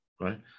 right